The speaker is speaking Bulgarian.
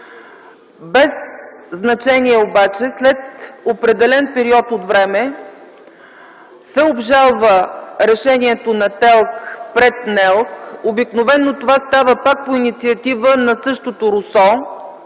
система, от РУСО. След определен период от време обаче се обжалва решението на ТЕЛК пред НЕЛК. Обикновено това става пак по инициатива на същото РУСО